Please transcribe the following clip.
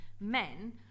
men